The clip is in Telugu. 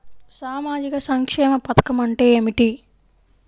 సామాజిక సంక్షేమ పథకం అంటే ఏమిటి?